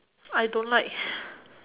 I don't like